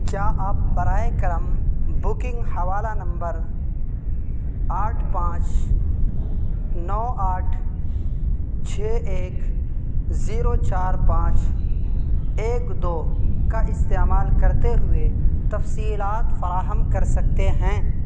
کیا آپ براے کرم بکنگ حوالہ نمبر آٹھ پانچ نو آٹھ چھ ایک زیرو چار پانچ ایک دو کا استعمال کرتے ہوئے تفصیلات فراہم کر سکتے ہیں